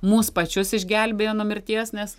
mus pačius išgelbėjo nuo mirties nes